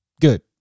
Good